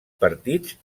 partits